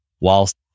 Whilst